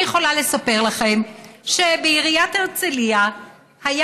אני יכולה לספר לכם שבעיריית הרצליה היה